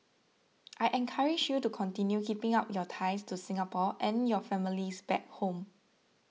I encourage you to continue keeping up your ties to Singapore and your families back home